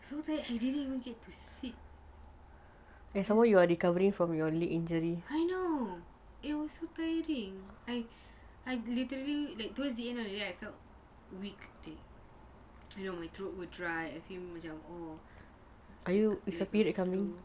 so sad I didn't even get to sit I know it was so tiring I literally like towards the end of the day I felt weak you know my throat dry macam flu